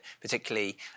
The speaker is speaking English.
particularly